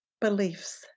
beliefs